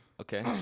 Okay